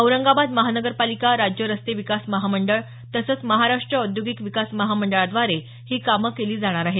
औरंगाबाद महानगरपालिका राज्य रस्ते विकास महामंडळ तसंच महाराष्ट्र औद्योगिक विकास महामंडळाद्वारे ही कामं केली जाणार आहेत